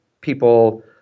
people